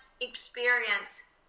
experience